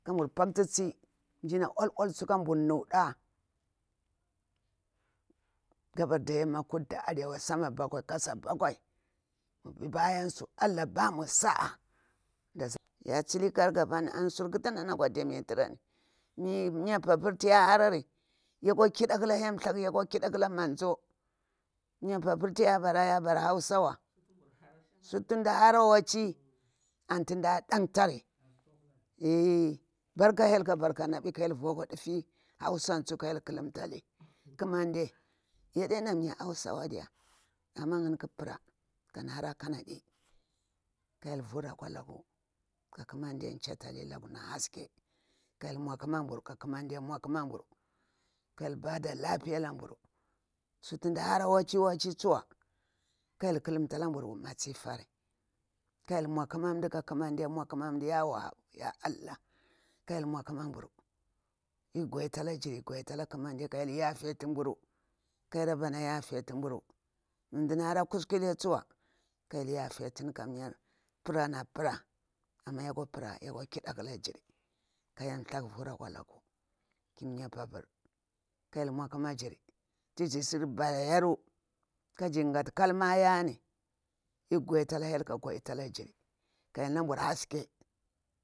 Kah nburu pati tsi njina uwal uwal tsu ka nburu nuda gabarda yammah kudu da arewa sama bakwai ƙasa bakwai mubi bayan su, allah bamu sa'a. ya tsili ƙukar gapani an suƙani ana kwa dimi tirami mimeen pabur tiya haram yakwa kiɗa ƙala hal thlaku ya kwa ƙidar akah manzo miya pabur tia bara mi hausawa suti nda hara waci ati dah ɗantari, barƙa hyel kah barka nabi kah hyel vukwa ɗifi hausan tsu kah hyel kuluntali kumadi yadina mi hausawa diya, amah ngani ƙu parah kaɗi hara kanadi kah hyel vura akwa laku kah ƙumade nchitali lalwanaka haske. kati hyel nmwa ƙuma nburu kah ƙumade mmwa ƙuma nburu. kah hyel bada lafiya alah nburu. Suti ndi hara wachi tsu kah hyel ƙulunta aburu matsifur tsu, kah hyel nmwa ƙumanda ka kumanɗi nmwa kumand tsuwa. Ya allah kah hyel nmwa ƙumandah tik guditala giri tk guɗitala alah ƙumadi ka hyel yafiti nburu, kah yarabana yafitinburu. mah nɗah hara kuskuri tsuwa laah hyel yafitim kamir para na para, amah yakwa pare yakwa, kida akla jiri ka halthlaku vura akwa laku ki miya pabur, kah alde nmwa ƙumajiri. Ti jir si barayaru kaji ngati kalma yani gudita ka hyel ka guditala giri ka hyel na nburu hasike.